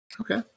Okay